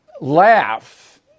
laugh